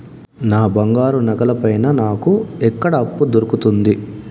నా బంగారు నగల పైన నాకు ఎక్కడ అప్పు దొరుకుతుంది